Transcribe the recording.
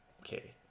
okay